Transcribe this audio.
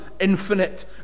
infinite